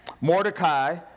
Mordecai